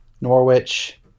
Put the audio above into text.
norwich